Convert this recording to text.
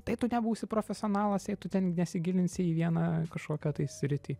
tai tu nebūsi profesionalas jei tu ten nesigilinsi į vieną kažkokią sritį